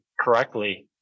correctly